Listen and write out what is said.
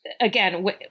again